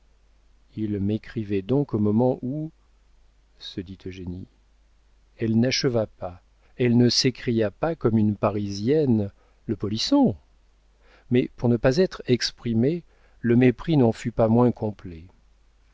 il m'écrivait donc au moment où se dit eugénie elle n'acheva pas elle ne s'écria pas comme une parisienne le polisson mais pour ne pas être exprimé le mépris n'en fut pas moins complet